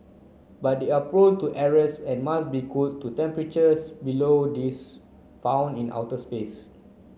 but they are prone to errors and must be cooled to temperatures below these found in outer space